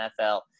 NFL